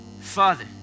Father